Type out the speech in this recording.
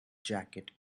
jacket